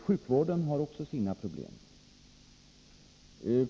Sjukvården har också sina problem.